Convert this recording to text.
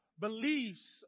beliefs